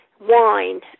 wine